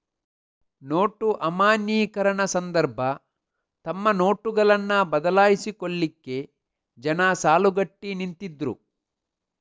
note ಅಮಾನ್ಯೀಕರಣ ಸಂದರ್ಭ ತಮ್ಮ ನೋಟುಗಳನ್ನ ಬದಲಾಯಿಸಿಕೊಳ್ಲಿಕ್ಕೆ ಜನ ಸಾಲುಗಟ್ಟಿ ನಿಂತಿದ್ರು